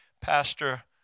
Pastor